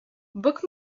book